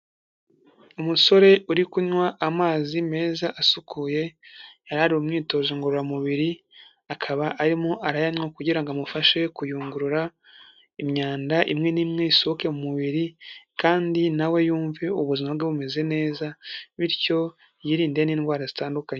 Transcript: Umusore uri kunywa amazi meza asukuye, yari ari mu mwitozo ngororamubiri, akaba arimo arayanywa kugira ngo amufashe kuyungurura imyanda imwe n'imwe, isohoke mu mubiri, kandi na we yumve ubuzima bwe bumeze neza, bityo yirinde n'indwara zitandukanye.